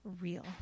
real